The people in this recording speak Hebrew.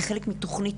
כחלק מתוכנית,